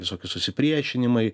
visoki susipriešinimai